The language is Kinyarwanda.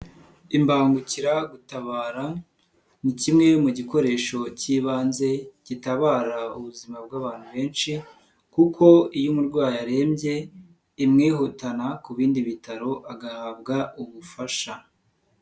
Imbangukiragutabara ni kimwe mu gikoresho cy'ibanze gitabara ubuzima bw'abantu benshi kuko iyo umurwayi arembye imwihutana ku bindi bitaro agahabwa ubufasha.